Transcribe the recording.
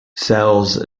sells